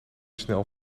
snel